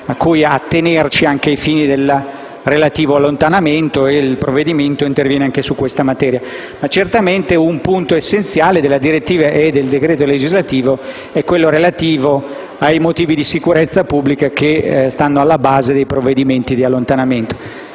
a cui attenerci anche ai fini del relativo allontanamento, e il provvedimento interviene anche su questa materia. Certamente un punto essenziale della direttiva e del decreto legislativo è quello relativo ai motivi di sicurezza pubblica che stanno alla base dei provvedimenti di allontanamento.